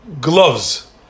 Gloves